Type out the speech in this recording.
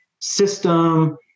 system